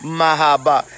mahaba